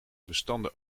bestanden